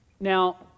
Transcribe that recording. Now